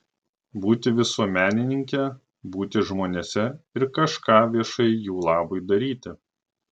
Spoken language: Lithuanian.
būti visuomenininke būti žmonėse ir kažką viešai jų labui daryti